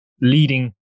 leading